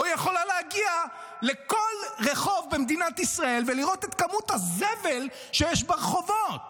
או יכולה להגיע לכל רחוב במדינת ישראל ולראות את כמות הזבל שיש ברחובות